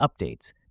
updates